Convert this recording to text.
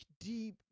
deep